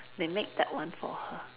they make that one for her